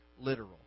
literal